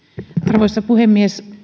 arvoisa puhemies